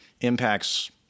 impacts